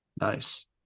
Nice